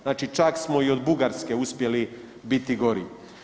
Znači čak smo i od Bugarske uspjeli biti gori.